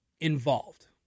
involved